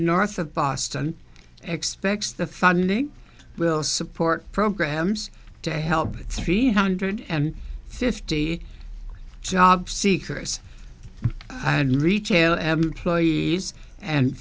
north of boston expects the funding will support programs to help three hundred and fifty job seekers and retail employees and